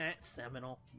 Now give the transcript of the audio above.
seminal